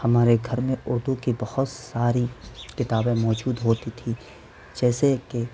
ہمارے گھر میں اردو کی بہت ساری کتابیں موجود ہوتی تھی جیسے کہ